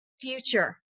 future